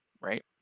right